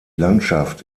landschaft